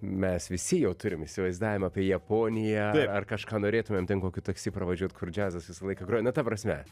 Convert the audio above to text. mes visi jau turim įsivaizdavimą apie japoniją ar kažką norėtumėm ten kokiu taksi pravažiuot kur džiazas visą laiką groja na ta prasme